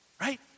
Right